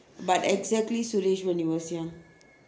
but exactly suresh when he was young